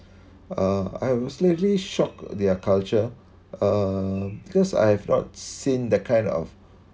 uh I was slightly shocked their culture uh because I've not seen that kind of